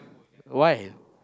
why